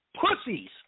pussies